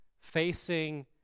facing